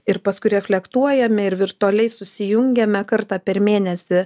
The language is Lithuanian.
ir paskui reflektuojame ir virtualiai susijungiame kartą per mėnesį